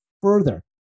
Further